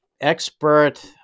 expert